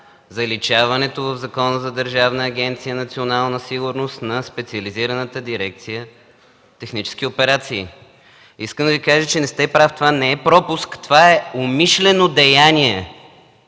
заличаването в Закона за Държавна агенция „Национална сигурност” на специализираната дирекция „Технически операции”. Искам да Ви кажа, че не сте прав. Това не е пропуск, това е умишлено деяние!